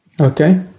Okay